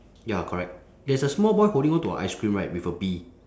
ya correct there's a small boy holding on to a ice cream right with a bee